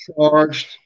charged